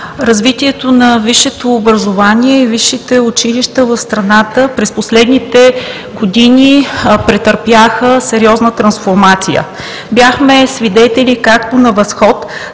Развитието на висшето образование и висшите училища в страната през последните години претърпя сериозна трансформация. Бяхме свидетели както на възход,